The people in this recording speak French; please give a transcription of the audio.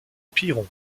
piron